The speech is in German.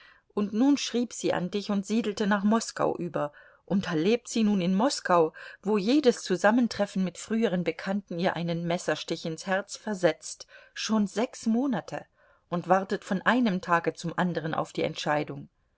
und nun schrieb sie an dich und siedelte nach moskau über und da lebt sie nun in moskau wo jedes zusammentreffen mit früheren bekannten ihr einen messerstich ins herz versetzt schon sechs monate und wartet von einem tage zum anderen auf die entscheidung